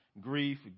grief